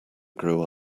grew